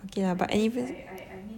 okay lah but anyways